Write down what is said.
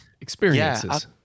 experiences